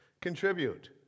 contribute